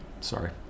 sorry